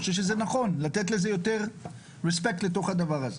אני חושב שזה נכון לתת יותר כבוד לתוך הדבר הזה.